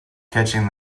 catching